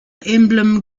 emblem